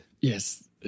Yes